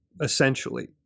essentially